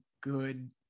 good